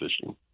fishing